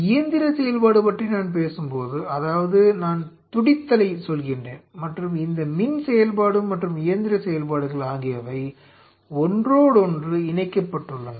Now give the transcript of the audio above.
இயந்திர செயல்பாடு பற்றி நான் பேசும்போது அதாவது நான் துடித்தலைச் சொல்கின்றேன் மற்றும் இந்த மின் செயல்பாடு மற்றும் இயந்திர செயல்பாடுகள் ஆகியவை ஒன்றோடொன்று இணைக்கப்பட்டுள்ளன